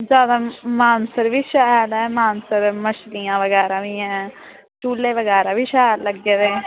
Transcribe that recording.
ज्यादा मानसर वी शैल ऐ मानसर मछलियां बगैरा बी ऐं झूले बगैरा बी शैल लग्गे दे